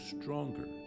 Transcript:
stronger